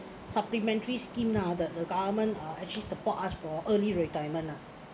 supplementary scheme now that the government uh actually support us for early retirement lah